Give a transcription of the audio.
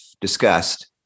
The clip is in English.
discussed